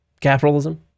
capitalism